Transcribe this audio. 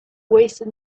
wasted